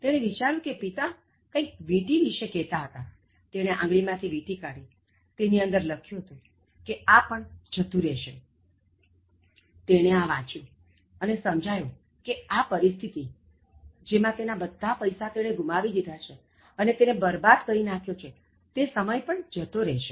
તેણે વિચાર્યું કે પિતા કંઇક વીંટી વિશે કહેતા હતા તેણે આંગળી માં થી વીંટી કાઢી તેની અંદર લખ્યું હતું કે આ પણ જતું રહેશેતેણે આ વાંચ્યું અને સમજાયું કે આ પરિસ્થિતિ પણ જેમાં તેના બધા પૈસા તેણે ગુમાવી દીધા છેઅને તેને બરબાદ કરી નાખ્યો છે તે સમય પણ જતો રહેશે